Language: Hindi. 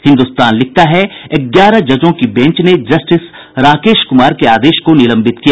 हिन्दुस्तान लिखता है ग्यारह जजों की बेंच ने जस्टिस राकेश कुमार के आदेश को निलंबित किया